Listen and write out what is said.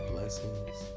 Blessings